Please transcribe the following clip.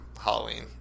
Halloween